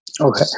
Okay